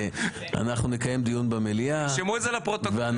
אנחנו נקיים דיון במליאה --- תרשמו את זה בפרוטוקול,